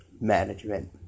Management